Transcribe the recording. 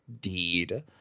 deed